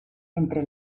entre